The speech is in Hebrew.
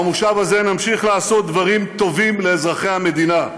במושב הזה נמשיך לעשות דברים טובים לאזרחי המדינה: